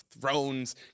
thrones